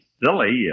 silly